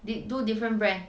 they two different brand